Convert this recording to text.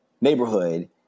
neighborhood